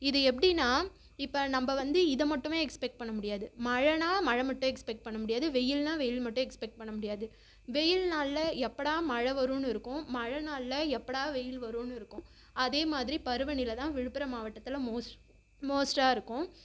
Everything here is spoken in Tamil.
இது எப்படின்னா இப்போ நம்ம வந்து இதை மட்டுமே எஸ்பெக்ட் பண்ண முடியாது மழைனா மழை மட்டும் எஸ்பெக்ட் பண்ண முடியாது வெயில்னா வெயில் மட்டும் எஸ்பெக்ட் பண்ண முடியாது வெயில் நாளில் எப்படா மழை வருன்னு இருக்கும் மழை நாளில் எப்படா வெயில் வருன்னு இருக்கும் அதே மாதிரி பருவநிலை தான் விழுப்புரம் மாவட்டத்தில் மோஸ்ட் மோஸ்ட்டாக இருக்கும்